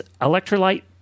Electrolyte